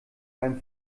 beim